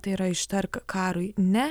tai yra ištark karui ne